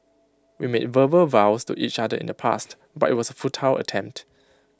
we made verbal vows to each other in the past but IT was A futile attempt